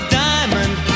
diamond